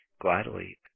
gladly